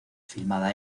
filmada